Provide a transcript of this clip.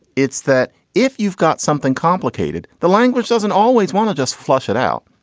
it's that if you've got something complicated, the language doesn't always want to just flush it out.